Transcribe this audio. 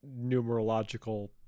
numerological